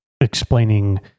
explaining